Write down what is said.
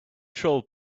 troll